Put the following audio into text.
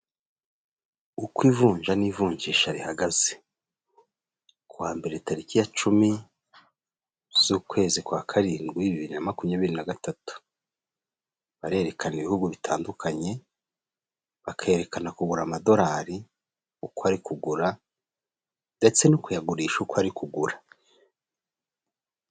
Uko ivunja n'ivunjisha rihagaze, ku wa mbere tariki ya cumi z'ukwezi kwa karindwi bibiri na makumyabiri na gatatu, barerekana ibihugu bitandukanye, bakerekana kugura amadorari, uko ari kugura ndetse no kuyagurisha uko ari kugura.